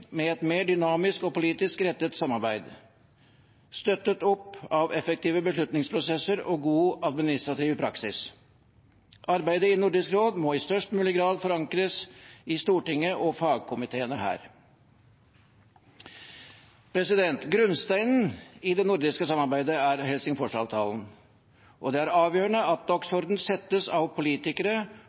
med et mer dynamisk og politisk rettet samarbeid, støttet opp av effektive beslutningsprosesser og god administrativ praksis. Arbeidet i Nordisk råd må i størst mulig grad forankres i Stortinget og i fagkomiteene her. Grunnsteinen i det nordiske samarbeidet er Helsingforsavtalen. Det er avgjørende at dagsordenen settes av politikere,